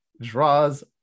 draws